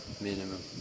minimum